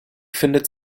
findet